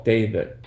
David